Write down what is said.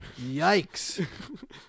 yikes